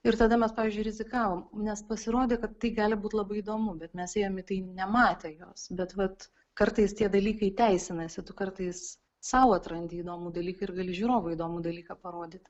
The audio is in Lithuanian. ir tada mes pavyzdžiui rizikavom nes pasirodė kad tai gali būt labai įdomu bet mes ėjom į tai nematę jos bet vat kartais tie dalykai teisinasi tu kartais sau atrandi įdomų dalyką gali žiūrovui įdomų dalyką parodyt